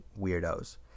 weirdos